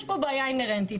יש פה בעיה אינהרנטית,